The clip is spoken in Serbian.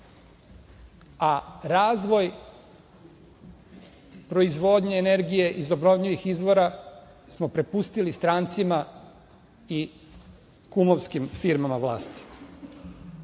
a razvoj proizvodnje energije iz obnovljivih izvora smo prepustili strancima i kumovskim firmama